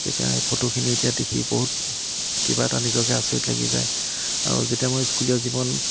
যেতিয়া এই ফটোখিনি এতিয়া দেখি বহুত কিবা এটা নিজকে আচৰিত লাগি যায় আৰু যেতিয়া মই স্কুলীয়া জীৱন